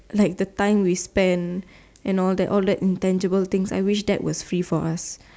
like the time we spend and all that all that intangible things I wish that was free for us